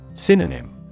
Synonym